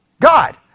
God